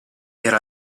era